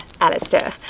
Alistair